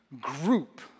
group